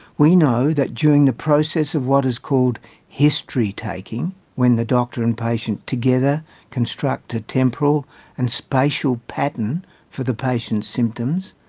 we know that during the process of what is called history taking when the doctor and patient together construct a temporal and spatial pattern for the patient's symptoms,